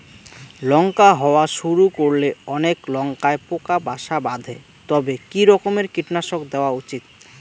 লঙ্কা হওয়া শুরু করলে অনেক লঙ্কায় পোকা বাসা বাঁধে তবে কি রকমের কীটনাশক দেওয়া উচিৎ?